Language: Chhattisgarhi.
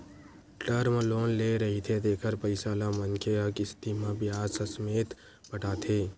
टर्म लोन ले रहिथे तेखर पइसा ल मनखे ह किस्ती म बियाज ससमेत पटाथे